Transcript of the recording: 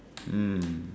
mm